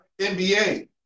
NBA